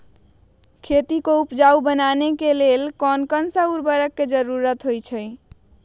खेती को उपजाऊ बनाने के लिए कौन कौन सा उर्वरक जरुरत होता हैं?